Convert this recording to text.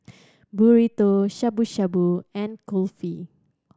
Burrito Shabu Shabu and Kulfi